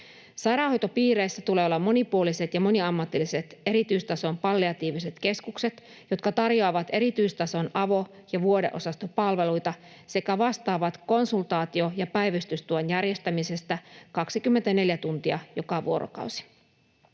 Sairaanhoitopiireissä tulee olla monipuoliset ja moniammatilliset erityistason palliatiiviset keskukset, jotka tarjoavat erityistason avo‑ ja vuodeosastopalveluita sekä vastaavat konsultaatio‑ ja päivystystuen järjestämisestä 24 tuntia joka vuorokausi.